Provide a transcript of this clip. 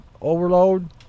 overload